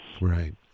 Right